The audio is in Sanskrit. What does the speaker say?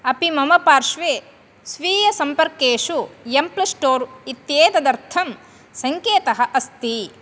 अपि मम पार्श्वे स्वीयसम्पर्केषु एम् प्लस् स्टोर् इत्येतदर्थं संकेतः अस्ति